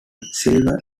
silver